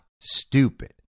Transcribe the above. stupid